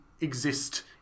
exist